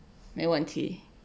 沒問題